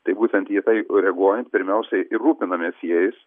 tai būtent į tai reguojant pirmiausiai ir rūpinamės jais